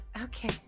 okay